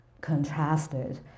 contrasted